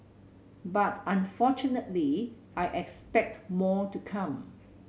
but unfortunately I expect more to come